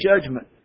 judgment